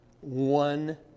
One